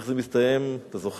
/ איך זה מסתיים, אתה זוכר?